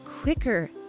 quicker